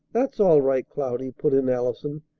that's all right, cloudy, put in allison.